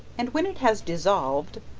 and when it has dissolved,